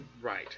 right